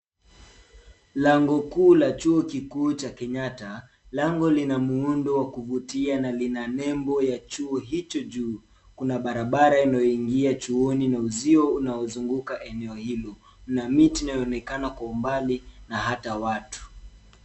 Lango kuu la chuo kikuu cha kenyatta lango linamuundo wa kuvuitia na lina nemu ya chuo hicho juu, kuna barabara inayoingia chuoni na uzio linalozunguka eneo hilo na miti yanaoonekana kwa umbali na hata watu.